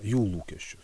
jų lūkesčius